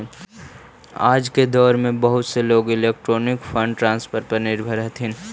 आज के दौर में बहुत से लोग इलेक्ट्रॉनिक फंड ट्रांसफर पर निर्भर हथीन